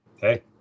hey